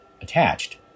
attached